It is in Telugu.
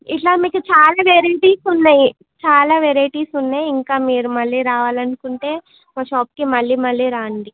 ఇలా మీకు చాలా వెరైటీస్ ఉన్నాయి చాలా వెరైటీస్ ఉన్నాయి ఇంకా మీరు మళ్ళీ రావాలనుకుంటే మా షాప్కి మళ్ళీ మళ్ళీ రండి